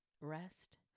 Rest